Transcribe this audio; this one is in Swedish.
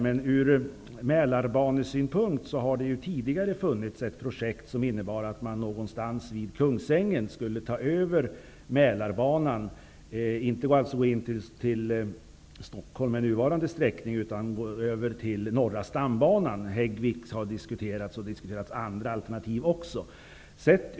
Det har tidigare funnits ett projekt som innebar att Mälarbanan inte skulle gå in till Stockholm med nuvarande sträckning utan någonstans vid Kungsängen gå över till norra stambanan. Häggvik har diskuterats som lämplig plats för anslutningen dit, och det har också diskuterats andra alternativ.